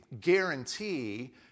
guarantee